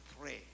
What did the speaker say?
pray